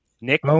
Nick